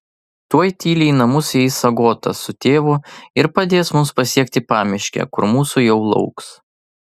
tuoj tyliai į namus įeis agota su tėvu ir padės mums pasiekti pamiškę kur mūsų jau lauks